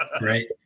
Right